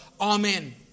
Amen